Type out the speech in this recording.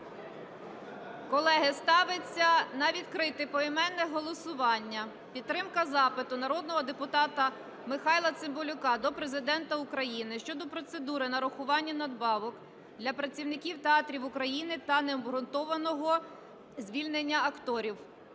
Колеги, ставить на відкрите поіменне голосування підтримка запиту народного депутата Михайла Цимбалюка до Президента України щодо процедури нарахування надбавок для працівників театрів України та необґрунтованого звільнення акторів.